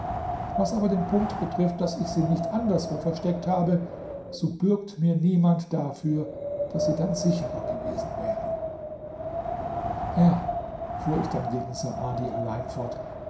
was aber den punkt betrifft daß ich sie nicht anderswo versteckt habe so bürgt mir niemand dafür daß sie dann sicherer gewesen wären herr fuhr ich dann gegen saadi allein fort